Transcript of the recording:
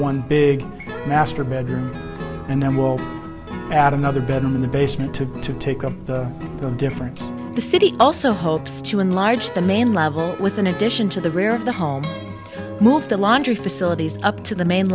one big master bedroom and then will add another bed in the basement to go to take up the difference the city also hopes to enlarge the main level with an addition to the rear of the home moved the laundry facilities up to the main